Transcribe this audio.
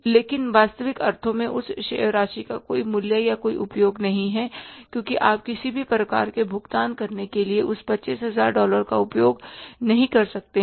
लेकिन वास्तविक अर्थों में उस राशि का कोई मूल्य या कोई उपयोग नहीं है क्योंकि आप किसी भी प्रकार के भुगतान करने के लिए उस 25000 डॉलर का उपयोग नहीं कर सकते हैं